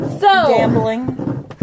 gambling